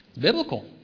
Biblical